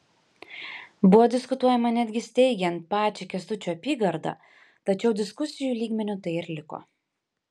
buvo diskutuojama netgi steigiant pačią kęstučio apygardą tačiau diskusijų lygmeniu tai ir liko